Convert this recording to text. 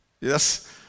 yes